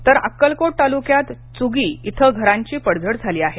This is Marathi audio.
तर अक्कलकोट तालुक्यात चूगी इथं घरांची पडझड झाली आहे